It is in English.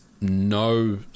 no